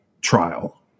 trial